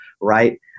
Right